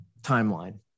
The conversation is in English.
timeline